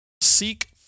seek